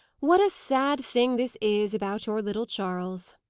what a sad thing this is about your little charles!